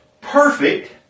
perfect